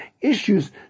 issues